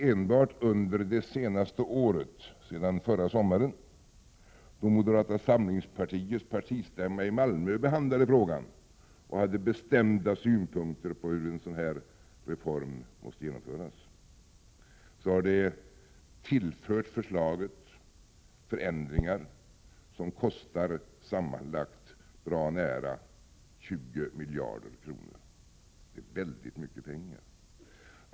Enbart under det senaste året, sedan förra sommaren då moderata samlingspartiets partistämma i Malmö behandlade frågan och hade bestämda synpunkter på hur reformen skulle genomföras, har förslaget tillförts förändringar som sammanlagt kostar bra nära 20 miljarder kronor. Det är väldigt mycket pengar.